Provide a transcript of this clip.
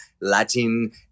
Latin